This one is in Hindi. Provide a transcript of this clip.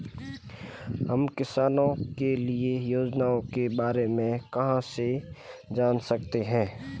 हम किसानों के लिए योजनाओं के बारे में कहाँ से जान सकते हैं?